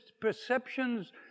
perceptions